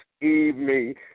evening